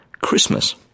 Christmas